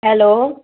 hello